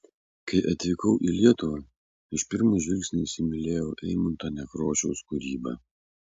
kai atvykau į lietuvą iš pirmo žvilgsnio įsimylėjau eimunto nekrošiaus kūrybą